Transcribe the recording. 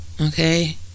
okay